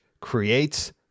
creates